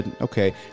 okay